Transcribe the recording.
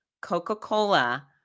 Coca-Cola